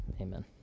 Amen